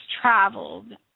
traveled